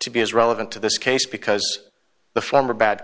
to be as relevant to this case because the former bad